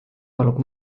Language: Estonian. palub